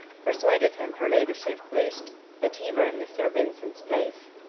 persuaded him her ladyship wished that he were in mr. vincent's place.